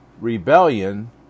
rebellion